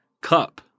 cup